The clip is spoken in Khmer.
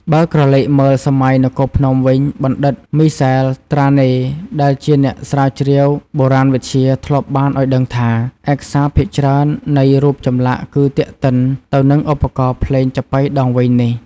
បើក្រឡេកមើលសម័យនគរភ្នំវិញ បណ្ឌិតមីសែល ត្រាណេ ដែលជាអ្នកស្រាវជ្រាវបុរាណវិទ្យា ធ្លាប់បានឲ្យដឹងថា ឯកសារភាគច្រើននៃរូបចម្លាក់ គឺទាក់ទិនទៅនឹងឧបករណ៍ភ្លេងចាប៉ីដងវែងនេះ។